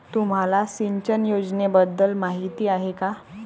तुम्हाला सिंचन योजनेबद्दल माहिती आहे का?